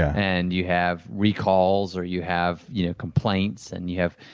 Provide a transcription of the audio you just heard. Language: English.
and you have recalls, or you have you know complaints, and you have.